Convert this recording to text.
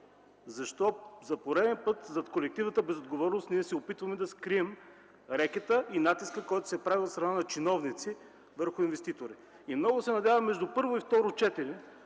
Защо за пореден път зад колективната безотговорност се опитваме да скрием рекета и натиска, който се прави от чиновници върху инвеститорите?! Много се надявам между първо и второ четене,